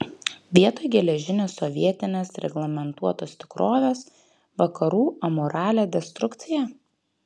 vietoj geležinės sovietinės reglamentuotos tikrovės vakarų amoralią destrukciją